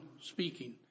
speaking